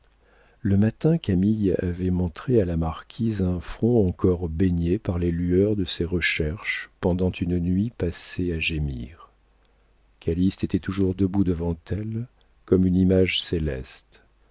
le matin camille avait montré à la marquise un front encore baigné par les lueurs de ses recherches pendant une nuit passée à gémir calyste était toujours debout devant elle comme une image céleste